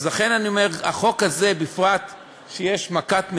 לכן אני אומר, החוק הזה, בפרט כשיש מכת מדינה,